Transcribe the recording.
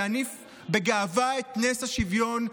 להניף בגאווה את נס השוויון,